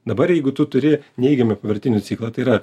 dabar jeigu tu turi neigiamą apyvartinį ciklą tai yra